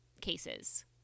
cases